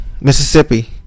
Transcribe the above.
Mississippi